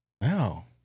Wow